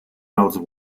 else